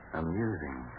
amusing